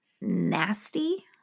nasty